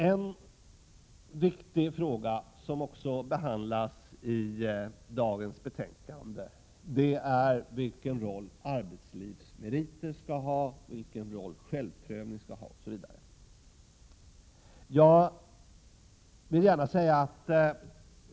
En viktig fråga som också behandlas i betänkandet är frågan om vilken roll som arbetslivsmeriter, självprövning etc. skall ha.